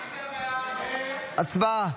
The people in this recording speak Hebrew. הצבעה.